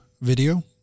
video